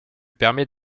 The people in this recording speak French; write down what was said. permet